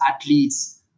athletes